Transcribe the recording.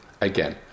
again